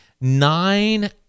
nine